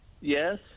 Yes